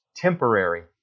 temporary